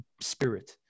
spirit